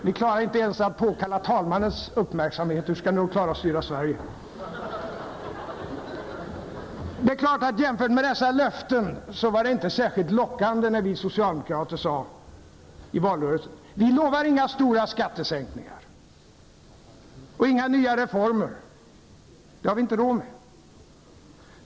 Ni klarar inte ens av att påkalla talmannens uppmärksamhet, hur skall ni då klara av att styra Sverige? Det är klart att jämfört med dessa löften var det inte särskilt lockande när vi socialdemokrater sade i valrörelsen: Vi lovar inga stora skattesänkningar och inga nya reformer. Det har vi inte råd med.